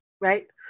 right